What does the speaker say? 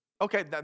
Okay